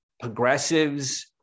progressives